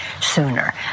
sooner